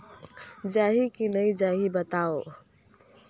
जाही की नइ जाही बताव?